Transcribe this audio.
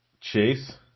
Chase